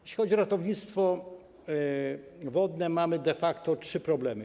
Jeśli chodzi o ratownictwo wodne, mamy de facto trzy problemy.